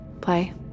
Play